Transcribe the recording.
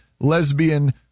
lesbian